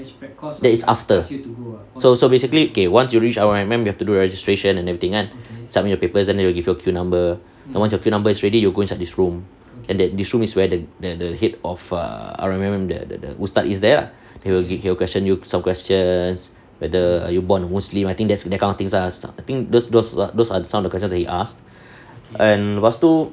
that is after so so basically okay once you reach R_O_M_M you have to do registration and everything kan submit your papers then they will give you a queue number then once your queue number is ready you go inside this room and then this room is where the the head of err R_O_M_M the the ustaz is there lah he will question you some questions whether are you born muslim I think that's a that kind of things lah I think those those those are some of the questions that he asked and lepas tu